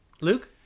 Luke